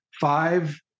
five